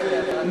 בסדר גמור.